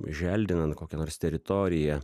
želdinan kokią nors teritoriją